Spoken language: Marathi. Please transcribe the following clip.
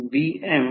तर हे E2 0